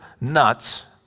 nuts